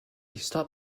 stop